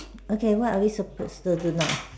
okay what are we supposed to do now